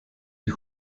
die